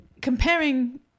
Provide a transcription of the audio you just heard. Comparing